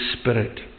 Spirit